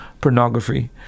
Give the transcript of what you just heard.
pornography